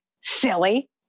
silly